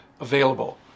available